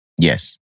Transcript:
Yes